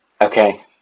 Okay